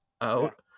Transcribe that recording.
out